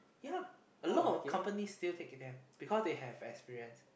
ya a lot of company still take it in them because they have experience